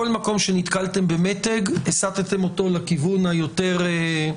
בכל מקום שנתקלתם במתג, הסטתם אותו לכיוון, אני